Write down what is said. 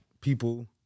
people